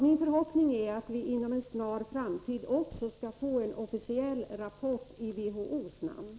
Min förhoppning är därför att vi inom en snar framtid också skall få en officiell rapport i WHO:s namn.